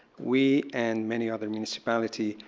we and many other municipalities,